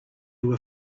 were